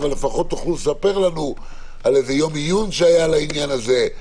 אבל לפחות תוכלו לספר לנו על איזה יום עיון שהיה על העניין הזה,